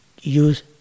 use